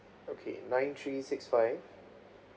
okay nine three six five